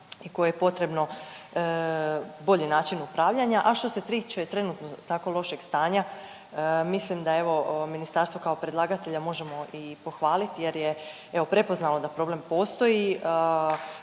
i kojem je potrebno bolji način upravljanja. A što se tiče trenutno tako lošeg stanja mislim da evo ministarstvo kao predlagatelja možemo i pohvaliti jer je evo prepoznalo da problem postoji,